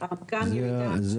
גם ירידה בערכי הסביבה.